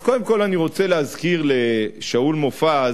אז קודם כול, אני רוצה להזכיר לשאול מופז